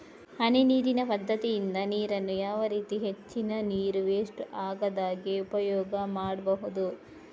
ಹನಿ ನೀರಿನ ಪದ್ಧತಿಯಿಂದ ನೀರಿನ್ನು ಯಾವ ರೀತಿ ಹೆಚ್ಚಿನ ನೀರು ವೆಸ್ಟ್ ಆಗದಾಗೆ ಉಪಯೋಗ ಮಾಡ್ಬಹುದು?